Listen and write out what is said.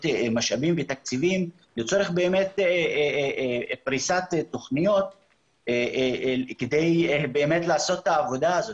משאבים ותקציבים לצורך פריסת תכניות כדי באמת לעשות את העבודה הזו.